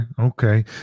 okay